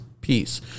peace